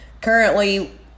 currently –